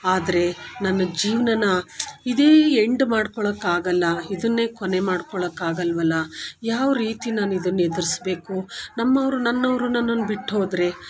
ಆದರೆ ನನ್ನ ಜೀವನ ಇದೇ ಎಂಡ್ ಮಾಡ್ಕೊಳ್ಳಕ್ಕೆ ಆಗಲ್ಲ ಇದನ್ನೇ ಕೊನೆ ಮಾಡ್ಕೊಳ್ಳಕ್ಕೆ ಆಗಲ್ವಲ್ಲ ಯಾವ ರೀತಿ ನಾನು ಇದನ್ನು ಎದುರಿಸಬೇಕು ನಮ್ಮವರು ನನ್ನವರು ನನ್ನನ್ನ ಬಿಟ್ಟು ಹೋದರೆ